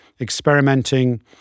experimenting